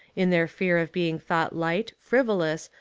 in their fear of being thought light, frivolous,